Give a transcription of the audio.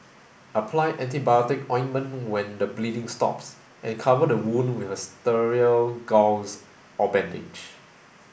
apply antibiotic ointment when the bleeding stops and cover the wound with a sterile gauze or bandage